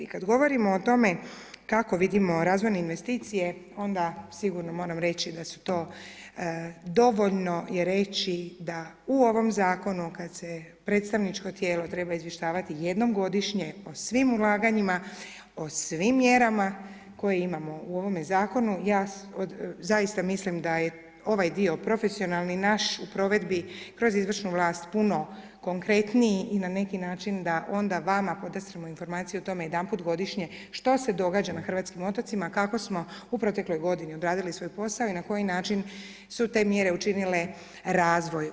Kad govorimo o tome, kako vidimo razvojne investicije, onda sigurno moram reći da su to, dovoljno je reći, da u ovom Zakonu kad se predstavničko tijelo treba izvještavati jednom godišnje o svim ulaganjima, o svim mjerama koje imamo u ovome Zakonu, ja zaista mislim da je ovaj dio profesionalni naš, u provedbi, kroz izvršnu vlast puno konkretniji i na neki način da onda vama podastremo informaciju o tome jedanput godišnje što se događa na hrvatskim otocima, kako smo u protekloj godini odradili svoj posao i na koji način su te mjere učinile razvoj.